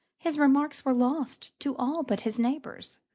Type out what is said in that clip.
his remarks were lost to all but his neighbours.